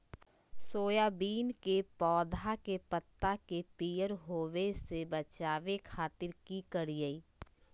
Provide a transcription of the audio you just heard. Soybean के पौधा के पत्ता के पियर होबे से बचावे खातिर की करिअई?